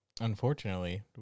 Unfortunately